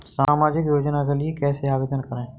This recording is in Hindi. सामाजिक योजना के लिए कैसे आवेदन करें?